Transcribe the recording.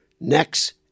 next